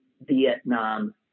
Vietnam